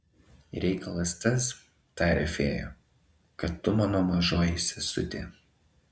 reikalas tas taria fėja kad tu mano mažoji sesutė